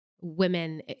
women